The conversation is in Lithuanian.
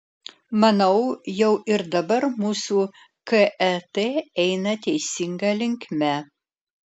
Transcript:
manau jau ir dabar mūsų ket eina teisinga linkme